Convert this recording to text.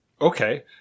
Okay